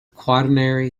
quaternary